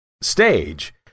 stage